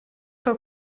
que